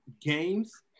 games